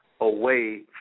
away